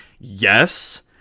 yes